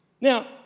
Now